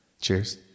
Cheers